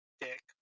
dick